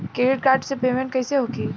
Credit card से payment कईसे होखेला?